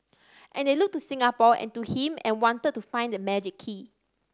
and they looked to Singapore and to him and wanted to find that magic key